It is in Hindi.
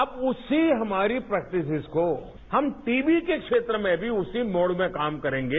अब उसी हमारी प्रेक्टिसिस को हम टीबी के क्षेत्र में भी उसी मोड में काम करेंगे